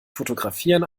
fotografieren